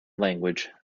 language